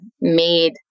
made